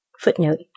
Footnote